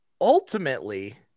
ultimately